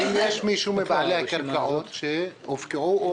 האם יש מישהו מבעלי הקרקעות שהופקעו או